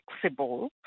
flexible